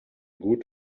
gut